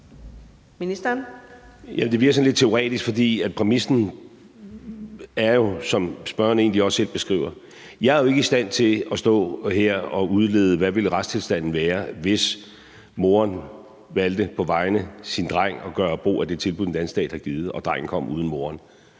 Det bliver sådan lidt teoretisk, for præmissen er jo, som spørgeren egentlig også selv beskriver det. Jeg er jo ikke i stand til at stå her og udlede, hvad retstilstanden ville være, hvis moderen valgte på vegne af sin dreng og gøre brug af det tilbud, den danske stat har givet, og drengen kom uden moderen.